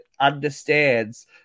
understands